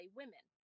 women